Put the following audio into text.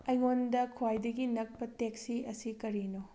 ꯑꯩꯉꯣꯟꯗ ꯈ꯭ꯋꯥꯏꯗꯒꯤ ꯅꯛꯄ ꯇꯦꯛꯁꯤ ꯑꯁꯤ ꯀꯔꯤꯅꯣ